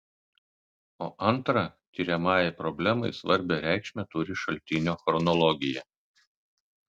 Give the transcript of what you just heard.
o antra tiriamajai problemai svarbią reikšmę turi šaltinio chronologija